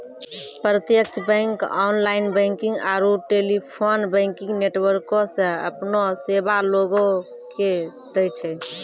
प्रत्यक्ष bank online banking आरू telephone banking नेटवर्को से अपनो सेबा लोगो के दै छै